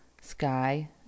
sky